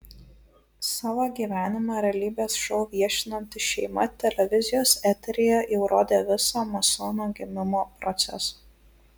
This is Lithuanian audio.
savo gyvenimą realybės šou viešinanti šeima televizijos eteryje jau rodė visą masono gimimo procesą